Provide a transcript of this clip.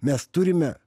mes turime